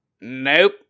Nope